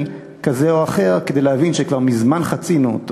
כזה או אחר כדי להבין שכבר מזמן חצינו אותו.